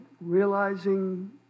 realizing